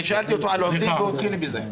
אני שאלתי אותי על העובדים והוא התחיל בזה.